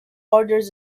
orders